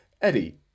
Eddie